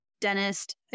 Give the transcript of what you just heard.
Dentist